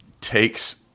takes